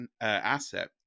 asset